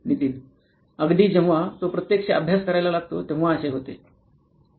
नितीनअगदी जेव्हा तो प्रत्यक्ष अभ्यास करायला लागतो तेव्हा असे होते